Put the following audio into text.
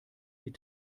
die